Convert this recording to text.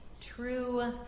True